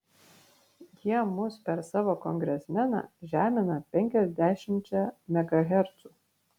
jie mus per savo kongresmeną žemina penkiasdešimčia megahercų